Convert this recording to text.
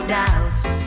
doubts